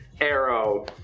arrow